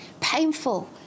painful